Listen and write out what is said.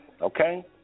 Okay